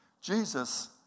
Jesus